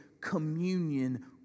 communion